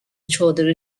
چادر